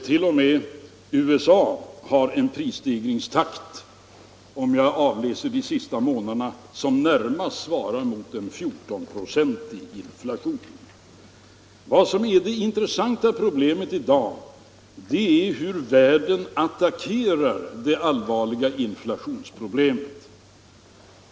T. o. m. USA har en prisstegringstakt, enligt de senaste månadernas uppgifter, som närmast svarar mot en 14-procentig inflation. Det intressanta problemet i dag är hur världen attackerar det allvarliga inflationsproblemet.